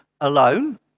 alone